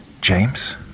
James